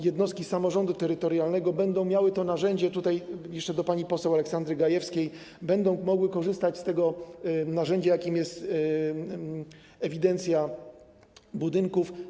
Jednostki samorządu terytorialnego będą miały to narzędzie - tutaj jeszcze do pani poseł Aleksandry Gajewskiej - będą mogły nieodpłatanie korzystać z tego narzędzia, jakim jest ewidencja budynków.